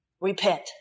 Repent